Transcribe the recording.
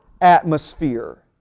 atmosphere